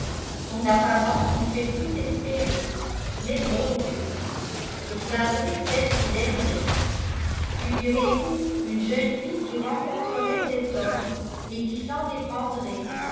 son apparence nous fait tout espérer mais bon dieu je plaindrais celle qui l'aimerait figurez-vous une jeune fille qui rencontrerait cet homme et qui s'en éprendrait